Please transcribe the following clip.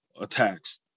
attacks